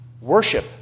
Worship